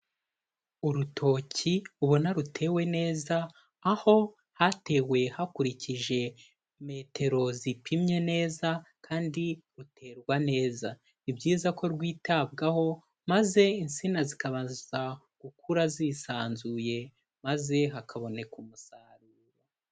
Urutoki ubona rutewe neza, aho hatewe hakurikije metero zipimye neza kandi ruterwa neza. Ni byiza ko rwitabwaho maze insina zikabasha gukura zisanzuye maze hakaboneka umusaruro.